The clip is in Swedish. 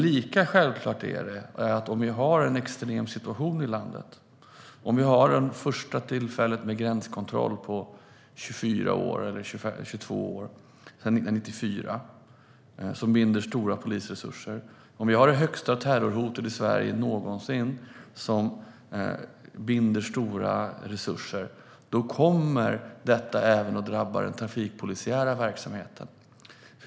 Lika självklart är det att om vi har en extrem situation i landet, om vi har den första gränskontrollen sedan 1994 som binder stora polisresurser och om vi har det största terrorhotet i Sverige någonsin som binder stora resurser, då kommer detta att drabba även den trafikpolisiära verksamheten.